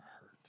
hurt